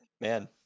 man